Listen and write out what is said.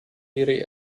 ihre